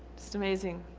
just amazing.